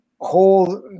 whole